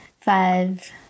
Five